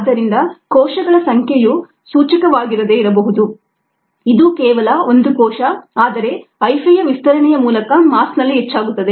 ಆದ್ದರಿಂದ ಕೋಶಗಳ ಸಂಖ್ಯೆಯು ಸೂಚಕವಾಗಿರದೆ ಇರಬಹುದು ಇದು ಕೇವಲ ಒಂದು ಕೋಶ ಆದರೆ ಹೈಫೆಯ ವಿಸ್ತರಣೆಯ ಮೂಲಕ ಮಾಸ್ ನಲ್ಲಿ ಹೆಚ್ಚಾಗುತ್ತದೆ